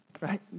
right